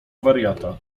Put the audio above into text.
wariata